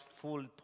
full